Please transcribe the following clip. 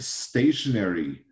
stationary